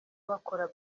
bakora